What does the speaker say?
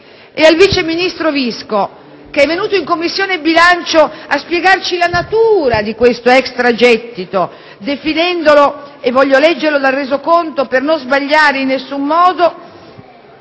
E al vice ministro Visco, che è venuto in Commissione bilancio a spiegarci la natura di questo extragettito, definendolo, leggo dal resoconto per essere precisa "dovuto